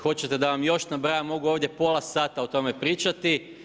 Hoćete da vam još nabrajam, mogu ovdje pola sata o tome pričati.